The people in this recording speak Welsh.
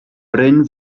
bryn